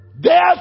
death